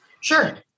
Sure